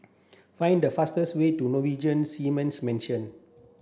find the fastest way to Norwegian Seamen's Mission